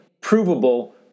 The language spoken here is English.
provable